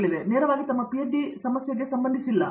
ಮತ್ತೊಮ್ಮೆ ಇವುಗಳು ನೇರವಾಗಿ ತಮ್ಮ ಪಿಎಚ್ಡಿ ಸಮಸ್ಯೆಗೆ ಸಂಬಂಧಿಸಿಲ್ಲ